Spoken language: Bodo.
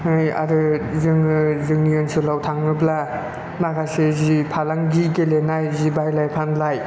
नै आरो जोङो जोंनि ओनसोलाव थाङोब्ला माखासे जि फालांगि गेलेनाय जि बाइलाय फानलाय